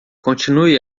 continue